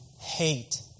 hate